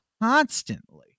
constantly